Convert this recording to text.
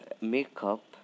makeup